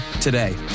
today